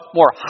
more